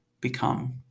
become